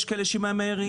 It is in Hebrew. יש כאלה שממהרים,